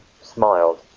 smiled